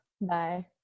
Bye